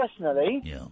personally